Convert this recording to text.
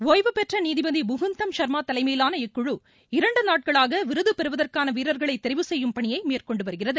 ஒய்வுபெற்ற நீதிபதி முகுந்தகம் சர்மா தலைமையிலான இக்குழு இரண்டு நாட்களாக விருது பெறுவதற்கான வீரர்களை தெரிவு செய்யும் பணியை மேற்கொண்டு வருகிறது